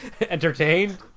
entertained